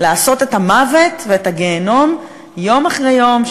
לעשות את המוות ואת הגיהינום יום אחרי יום,